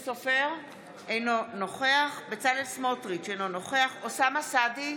אינו נוכח בצלאל סמוטריץ' אינו נוכח אוסאמה סעדי,